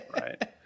right